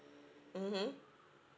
mmhmm